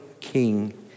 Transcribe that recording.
king